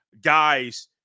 guys